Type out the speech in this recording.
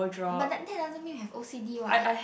but that that doesn't mean you have o_c_d what